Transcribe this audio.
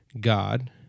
God